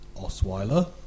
Osweiler